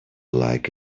like